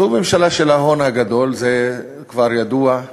זו ממשלה של ההון הגדול, זה כבר ידוע.